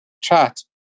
chat